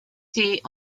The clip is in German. die